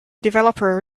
developer